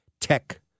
tech